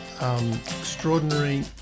extraordinary